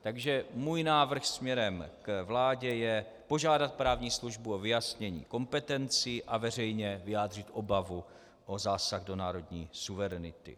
Takže můj návrh směrem k vládě je požádat právní službu o vyjasnění kompetencí a veřejně vyjádřit obavu o zásah do národní suverenity.